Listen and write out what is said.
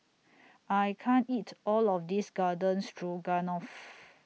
I can't eat All of This Garden Stroganoff